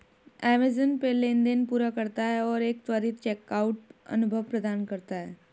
Amazon पे लेनदेन पूरा करता है और एक त्वरित चेकआउट अनुभव प्रदान करता है